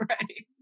Right